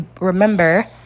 remember